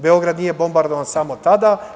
Beograd nije bombardovan samo tada.